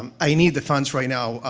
um i need the funds right now? ah,